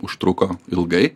užtruko ilgai